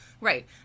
right